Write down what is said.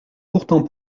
pourtant